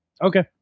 Okay